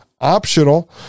optional